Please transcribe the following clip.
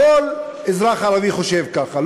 כל אזרח ערבי חושב ככה,